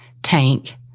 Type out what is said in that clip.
Tank